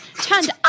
turned